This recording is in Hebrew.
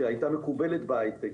שהייתה מקובלת בהייטק.